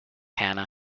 hannah